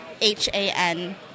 H-A-N